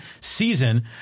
season